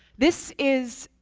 this is,